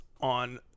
on